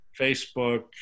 Facebook